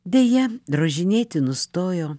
deja drožinėti nustojo